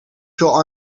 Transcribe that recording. veel